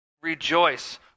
rejoice